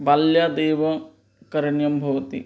बाल्यादेव करणीयं भवति